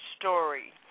story